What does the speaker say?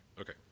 Okay